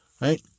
right